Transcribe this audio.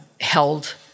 held